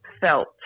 felt